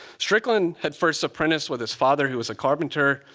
strickland had first apprenticed with his father who was a carpenter,